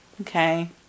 okay